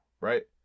right